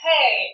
Hey